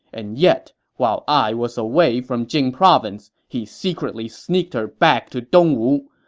and yet while i was away from jing province, he secretly sneaked her back to dongwu.